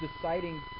deciding